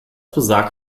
besagt